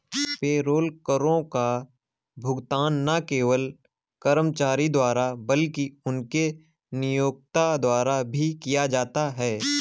payroll करों का भुगतान न केवल कर्मचारी द्वारा बल्कि उनके नियोक्ता द्वारा भी किया जाता है